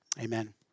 Amen